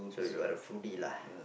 so you are a foodie lah